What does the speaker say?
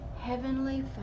heavenly